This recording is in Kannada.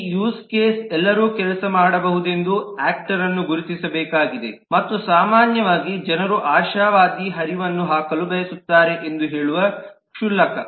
ಈ ಯೂಸ್ ಕೇಸಲ್ಲಿ ಎಲ್ಲರೂ ಕೆಲಸ ಮಾಡಬಹುದೆಂದು ಯಾಕ್ಟರ್ನ್ನು ಗುರುತಿಸಬೇಕಾಗಿದೆ ಮತ್ತು ಸಾಮಾನ್ಯವಾಗಿ ಜನರು ಆಶಾವಾದಿ ಹರಿವನ್ನು ಹಾಕಲು ಬಯಸುತ್ತಾರೆ ಎಂದು ಹೇಳುವುದು ಕ್ಷುಲ್ಲಕ